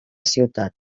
ciutat